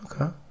Okay